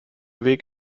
weg